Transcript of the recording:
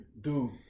Dude